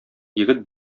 егет